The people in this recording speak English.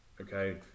Okay